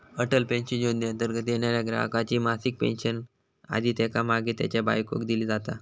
Atal pension योजनेंतर्गत येणाऱ्या ग्राहकाची मासिक पेन्शन आधी त्येका मागे त्येच्या बायकोक दिली जाता